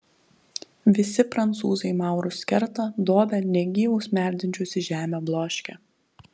visi prancūzai maurus kerta dobia negyvus merdinčius į žemę bloškia